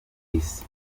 isi